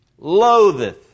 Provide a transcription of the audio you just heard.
loatheth